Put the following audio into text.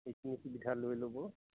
এইখিনি সুবিধা লৈ ল'ব